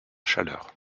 chaleur